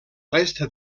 resta